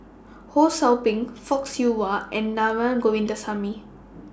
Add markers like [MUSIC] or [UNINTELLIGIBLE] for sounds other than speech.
Ho SOU Ping Fock Siew Wah and [UNINTELLIGIBLE] Govindasamy